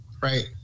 right